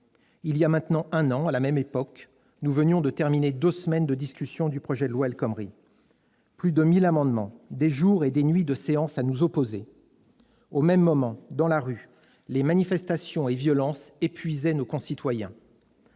Voilà maintenant un an, à la même époque, nous venions de terminer deux semaines de discussion du projet de loi El Khomri : plus de 1 000 amendements déposés, des jours et des nuits en séance à nous opposer ; au même moment, dans la rue, les manifestations et violences épuisaient nos concitoyens.